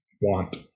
want